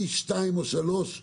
פי שניים או שלושה